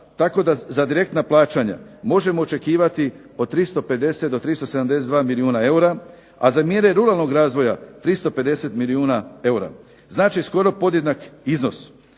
tako da za direktna plaćanja možemo očekivati od 350 do 372 milijuna eura, a za mjere ruralnog razvoja 350 milijuna eura, znači skoro podjednak iznos.